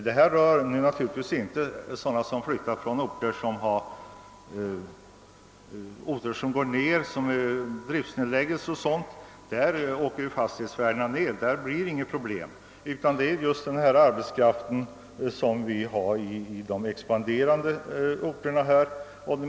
Detta gäller naturligtvis inte folk som flyttar därför att det på den tidigare orten förekommit t.ex. drifts nedläggelser. På dessa orter sjunker fastighetsvärdena, och där uppstår inga problem, utan det gäller den arbetskraft som flyttar från expanderande orter.